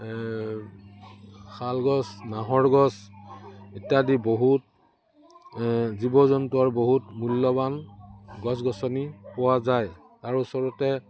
শাল গছ নাহৰ গছ ইত্যাদি বহুত জীৱ জন্তুৰ বহুত মূল্যৱান গছ গছনি পোৱা যায় তাৰ ওচৰতে